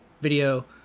video